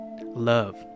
Love